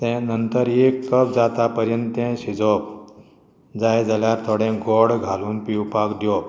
तें नंतर एक कप जाता पर्यंत तें शिजोवप जाय जाल्यार थोडें गॉड घालून पिवपाक दिवप